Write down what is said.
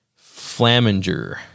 Flaminger